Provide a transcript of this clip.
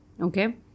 okay